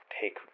take